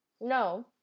No